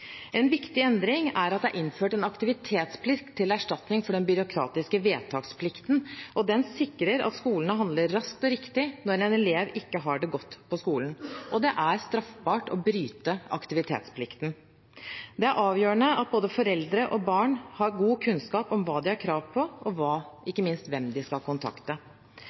En viktig endring er at det er innført en aktivitetsplikt til erstatning for den byråkratiske vedtaksplikten, og den sikrer at skolene handler raskt og riktig når en elev ikke har det godt på skolen. Og det er straffbart å bryte aktivitetsplikten. Det er avgjørende at både foreldre og barn har god kunnskap om hva de har krav på, og ikke minst hvem de kan kontakte.